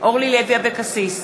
אורלי לוי אבקסיס,